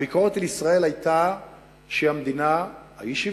הביקורת על ישראל היתה שהיא המדינה האי-שוויונית